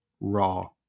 raw